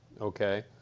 okay